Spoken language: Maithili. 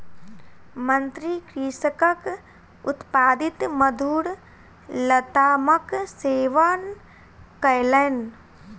मंत्री कृषकक उत्पादित मधुर लतामक सेवन कयलैन